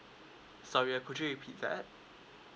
sorry err could you repeat that